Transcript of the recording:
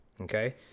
Okay